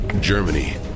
germany